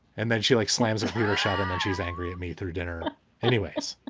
and then she like slams if we were shouting and she's angry at me through dinner anyways.